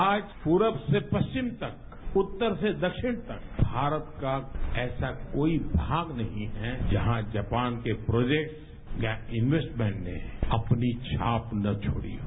आज पूर्व से पश्चिम तक उत्तर से दक्षिण तक भारत का ऐसा कोई भाग नहीं है जहां जापान के प्रोजेक्टस या इनवेस्टमेंट ने अपनी छाप ना छोड़ी हो